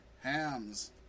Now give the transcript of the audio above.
Ham's